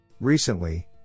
Recently